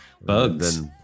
bugs